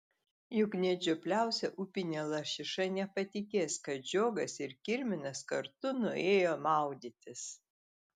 juk net žiopliausia upinė lašiša nepatikės kad žiogas ir kirminas kartu nuėjo maudytis